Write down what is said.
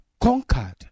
conquered